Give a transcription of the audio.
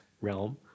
realm